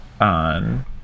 on